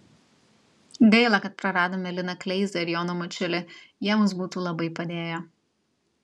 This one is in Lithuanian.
gaila kad praradome liną kleizą ir joną mačiulį jie mums būtų labai padėję